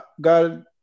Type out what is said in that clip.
God